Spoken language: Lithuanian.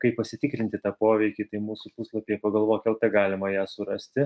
kaip pasitikrinti tą poveikį tai mūsų puslapyje pagalvok lt galima ją surasti